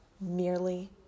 merely